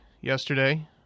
yesterday